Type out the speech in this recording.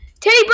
Teddy